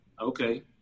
Okay